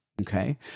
okay